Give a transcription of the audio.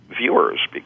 viewers